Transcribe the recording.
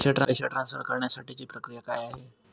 पैसे ट्रान्सफर करण्यासाठीची प्रक्रिया काय आहे?